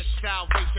salvation